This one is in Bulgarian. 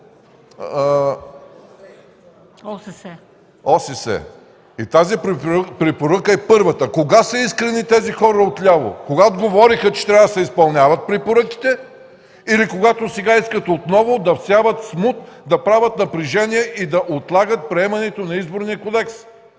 ОССЕ. И тази препоръка е първата точка. Кога са искрени тези хора отляво? Когато говореха, че трябва да се изпълняват препоръките или когато сега искат отново да всяват смут, да правят напрежение и да отлагат приемането на Изборния кодекс,